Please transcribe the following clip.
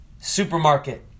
supermarket